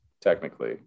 technically